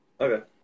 Okay